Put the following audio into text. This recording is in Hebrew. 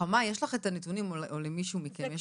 חמה, יש